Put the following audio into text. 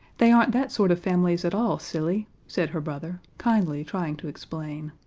they aren't that sort of families at all, silly, said her brother, kindly trying to explain.